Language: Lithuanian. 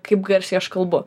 kaip garsiai aš kalbu